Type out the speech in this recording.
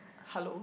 hello